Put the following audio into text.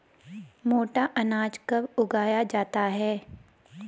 मोटा अनाज कब उगाया जाता है?